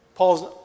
pauls